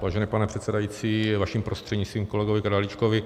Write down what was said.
Vážený pane předsedající, vaším prostřednictvím kolegovi Králíčkovi.